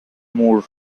moore